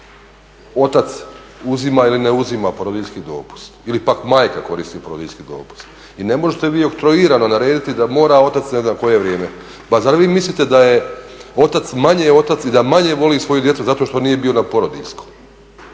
otac uzima ili ne uzima porodiljski dopust, ili pak majka koristi porodiljski dopust i ne možete vi oktroirano narediti da mora otac ne znam koje vrijeme. Pa zar vi mislite da je otac manje otac i da manje voli svoju djecu zato što nije bio na porodiljskom